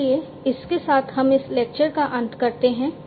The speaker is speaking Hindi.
इसलिए इसके साथ हम इस लेक्चर का अंत करते हैं